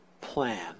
plan